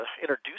introduce